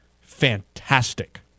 fantastic